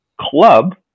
club